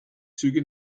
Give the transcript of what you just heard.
züge